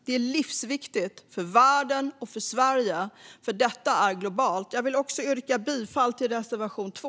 Det är livsviktigt för världen och för Sverige. Detta är globalt. Fru talman! Jag yrkar bifall till reservation 2.